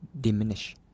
diminish